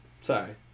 Sorry